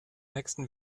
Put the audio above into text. nächsten